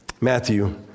Matthew